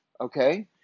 Okay